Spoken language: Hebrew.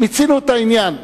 מיצינו את העניין.